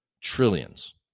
trillions